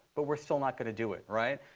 but we're still not going to do it, right?